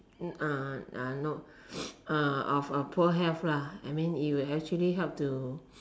uh uh no uh of uh poor health lah I mean it will actually help to